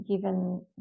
given